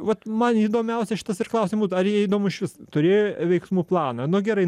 vat man įdomiausia šitas ir klausimų būt ar jie įdomu išvis turi veiksmų planą nu gerai